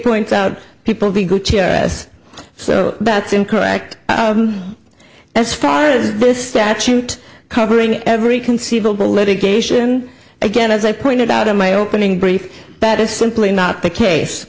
points out people be good cheer us so that's incorrect as far as this statute covering every conceivable litigation again as i pointed out in my opening brief that is simply not the case